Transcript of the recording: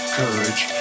courage